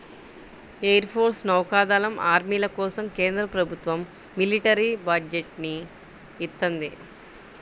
air force, నౌకా దళం, ఆర్మీల కోసం కేంద్ర ప్రభుత్వం మిలిటరీ బడ్జెట్ ని ఇత్తంది